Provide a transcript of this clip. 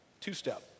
Two-step